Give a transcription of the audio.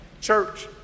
Church